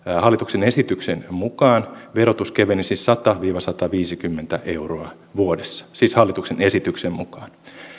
hallituksen esityksen mukaan verotus kevenisi sata viiva sataviisikymmentä euroa vuodessa siis hallituksen esityksen mukaan